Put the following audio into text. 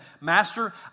Master